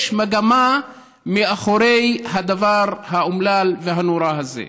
יש מגמה מאחורי הדבר האומלל והנורא הזה.